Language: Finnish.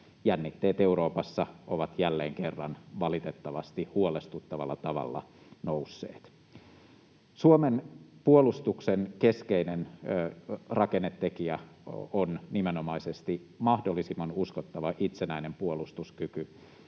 jännitteet Euroopassa ovat valitettavasti jälleen kerran huolestuttavalla tavalla nousseet. Suomen puolustuksen keskeinen rakennetekijä on nimenomaisesti mahdollisimman uskottava itsenäinen puolustuskyky.